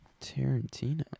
Tarantino